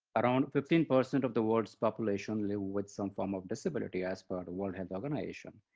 around fifteen percent of the world's population live with some form of disability, as per world health organization.